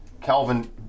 Calvin